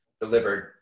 delivered